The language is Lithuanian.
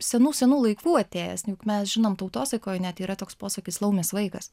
senų senų laikų atėjęs juk mes žinom tautosakoj net yra toks posakis laumės vaikas